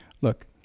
look